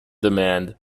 demand